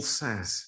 says